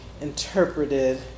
interpreted